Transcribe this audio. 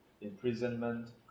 imprisonment